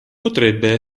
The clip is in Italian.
potrebbe